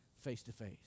face-to-face